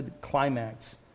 climax